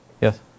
Yes